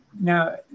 Now